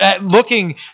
looking